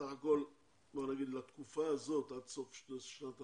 סך הכול בוא נגיד לתקופה הזאת, עד סוף 2020